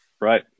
Right